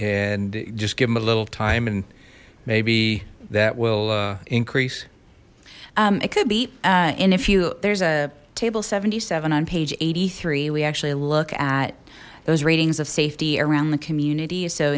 and just give them a little time and maybe that will increase it could be in a few there's a table seventy seven on page eighty three we actually look at those ratings of safety around the community so